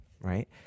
right